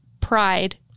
pride